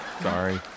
sorry